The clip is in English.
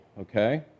Okay